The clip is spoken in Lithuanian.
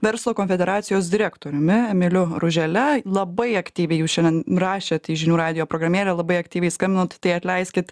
verslo konfederacijos direktoriumi emiliu ružele labai aktyviai jūs šiandien rašėt į žinių radijo programėlę labai aktyviai skambinot tai atleiskit